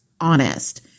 honest